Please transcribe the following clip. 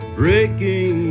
breaking